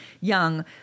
young